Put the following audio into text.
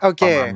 Okay